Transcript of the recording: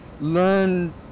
learn